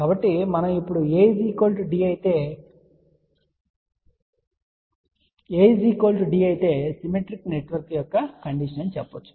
కాబట్టి మనం ఇప్పుడు A D అయితే A D అయితే సిమెట్రిక్ నెట్వర్క్ యొక్క కండిషన్ అని చెప్పవచ్చు